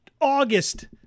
August